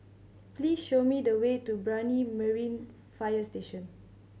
please show me the way to Brani Marine Fire Station